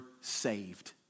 saved